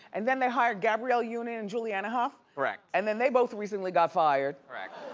and then they hired gabrielle union and julianne hough? correct. and then they both recently got fired. correct.